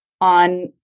on